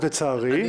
לצערי,